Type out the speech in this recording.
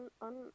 on